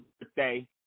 birthday